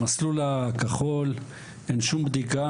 במסלול הכחול אין שום בדיקה.